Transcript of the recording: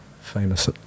Famous